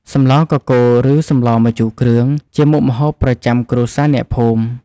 សម្លកកូរ ឬសម្លម្ជូរគ្រឿង ជាមុខម្ហូបប្រចាំគ្រួសារអ្នកភូមិ។